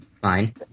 fine